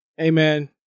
Amen